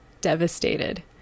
devastated